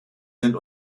sind